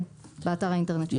כן, באנגלית, באתר האינטרנט שלהם.